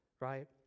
right